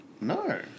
No